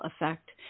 Effect